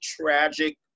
tragic